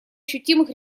ощутимых